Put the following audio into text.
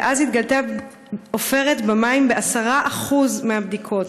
ואז התגלתה עופרת במים ב-10% מהבדיקות.